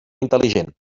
intel·ligent